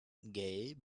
gay